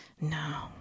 No